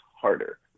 harder